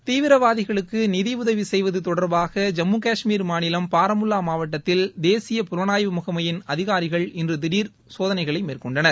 தீவிரவாதிகளுக்கு நிதி உதவி செய்வது தொடர்பாக ஜம்மு காஷ்மீர் மாநிலம் பாரமுல்லா மாவட்டத்தில் தேசிய புலனாய்வு முகமையின் அதிகாரிகள் இன்று திடர் சோதனைகளை மேற்கொண்டனர்